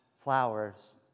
flowers